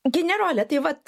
generole tai vat